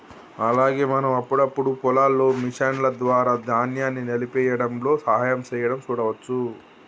అలాగే మనం అప్పుడప్పుడు పొలాల్లో మిషన్ల ద్వారా ధాన్యాన్ని నలిపేయ్యడంలో సహాయం సేయడం సూడవచ్చు